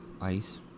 ice